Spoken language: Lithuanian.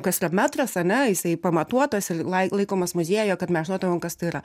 kas yra metras ane jisai pamatuotas ir lai laikomas muziejuje kad mes žinotume kas tai yra